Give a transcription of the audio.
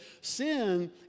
Sin